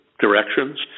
directions